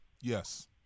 Yes